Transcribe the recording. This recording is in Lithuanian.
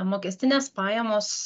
mokestinės pajamos